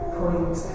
point